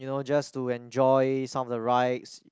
you know just to enjoy some of the rides